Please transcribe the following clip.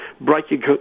breaking